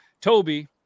Toby